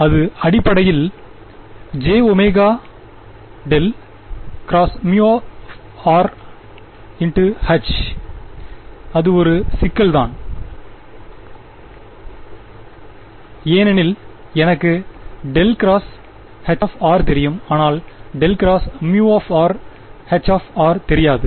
அது அடிப்படையில் jω∇ ×H அது ஒரு சிக்கல் தான் ஏனெனில் எனக்கு ∇× H தெரியும்ஆனால் ∇×μH தெரியாது